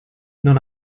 non